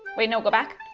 wait no, go back,